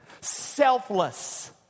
selfless